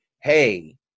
Hey